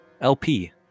LP